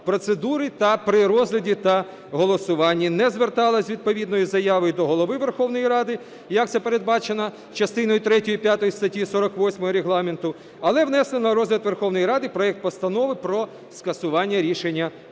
процедури та при розгляді та голосуванні не зверталася з відповідною заявою до Голови Верховної Ради, як це передбачено частиною третьою, п'ятою статті 48 Регламенту, але внесла на розгляд Верховної Ради проект Постанови про скасування рішення